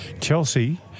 Chelsea